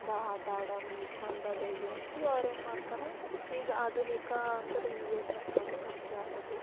ಬಾ ಆಟಾಡಮಿ ಚೆಂದದ ಇದು ಅಂತ ಅವ್ರು ಏನು ಮಾಡ್ತರೆ ಈಗ ಆಧುನಿಕ ಅಂದ್ರೆ ಇವೆ ಬರ್ತವ್ರೀ ಪಬ್ ಜಿ ಆಡೋದು